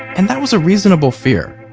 and that was a reasonable fear.